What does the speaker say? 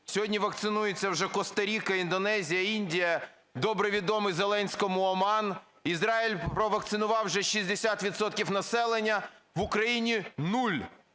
Сьогодні вакцинується вже Коста-Ріка, Індонезія, Індія, добре відомий Зеленському, Оман. Ізраїль провакцинував вже 60 відсотків населення. В Україні – нуль,